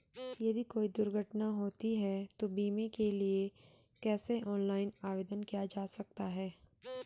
यदि कोई दुर्घटना होती है तो बीमे के लिए कैसे ऑनलाइन आवेदन किया जा सकता है?